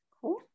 cool